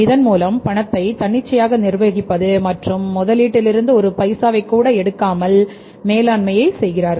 இதன் மூலம் பணத்தை தன்னிச்சையாக நிர்வகிப்பது மற்றும் முதலீட்டில் இருந்து ஒரு பைசாவை கூட எடுக்காமல் மேலாண்மை செய்கிறார்கள்